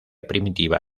primitiva